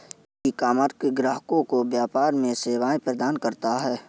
ecommerce ग्राहकों को व्यापार में सेवाएं प्रदान करता है